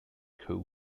coe